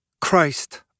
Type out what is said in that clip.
Christ